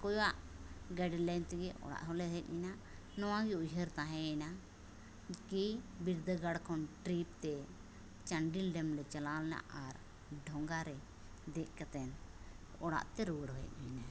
ᱟᱨ ᱟᱠᱚᱣᱟᱜ ᱜᱟᱭᱤᱰᱞᱟᱭᱱᱤᱱ ᱛᱮᱜᱮ ᱚᱲᱟᱜ ᱦᱚᱸᱞᱮ ᱦᱮᱡᱮᱱᱟ ᱱᱚᱣᱟᱜᱮ ᱩᱭᱦᱟᱹᱨ ᱛᱟᱦᱮᱸᱭᱮᱱᱟ ᱠᱤ ᱵᱤᱨᱫᱟᱹᱜᱟᱲ ᱠᱷᱚᱱ ᱴᱨᱤᱯᱨᱮ ᱪᱟᱱᱰᱤᱞ ᱰᱮᱢᱞᱮ ᱪᱟᱞᱟᱣᱞᱮᱱᱟ ᱟᱨ ᱰᱷᱚᱸᱜᱟᱨᱮ ᱫᱮᱡ ᱠᱟᱛᱮᱱ ᱚᱲᱟᱜᱛᱮ ᱨᱩᱣᱟᱹᱲ ᱦᱩᱭᱮᱱᱟ